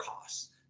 costs